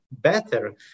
better